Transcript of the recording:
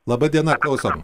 laba diena klausom